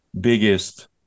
biggest